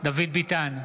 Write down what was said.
דוד ביטן,